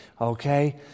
okay